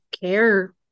care